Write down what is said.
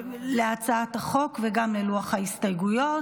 להצעת החוק וגם ללוח ההסתייגויות.